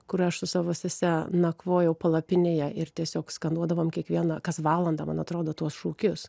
kur aš su savo sese nakvojau palapinėje ir tiesiog skanduodavom kiekviena kas valandą man atrodo tuos šūkius